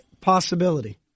possibility